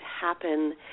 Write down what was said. happen